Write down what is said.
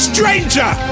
Stranger